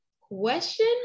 Question